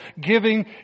giving